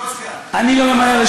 אני לא ממהר.